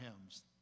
hymns